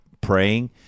praying